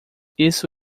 isso